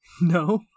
No